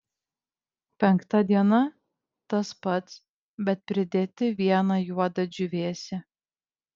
penkta diena tas pats bet pridėti vieną juodą džiūvėsį